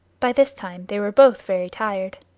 by this time they were both very tired.